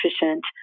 efficient